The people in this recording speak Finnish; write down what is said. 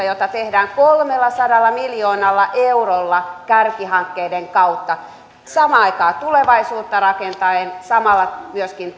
jota tehdään kolmellasadalla miljoonalla eurolla kärkihankkeiden kautta samaan aikaan tulevaisuutta rakentaen ja myöskin